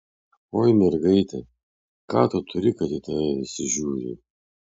oi mergaite ką tu turi kad į tave visi žiūri